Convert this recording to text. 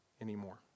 anymore